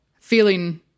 feeling